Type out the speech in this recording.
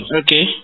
okay